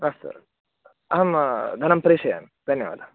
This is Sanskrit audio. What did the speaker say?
अस्तु अहं धनं प्रेषयामि धन्यवादः